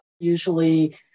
Usually